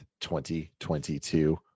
2022